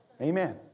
Amen